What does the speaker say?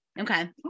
Okay